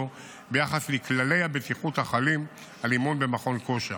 ביחס לכללי הבטיחות החלים על אימון במכון כושר.